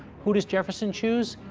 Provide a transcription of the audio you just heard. who does jefferson choose?